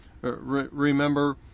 Remember